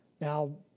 Now